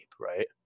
right